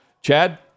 Chad